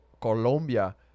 Colombia